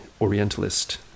Orientalist